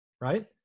right